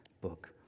book